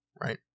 right